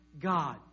God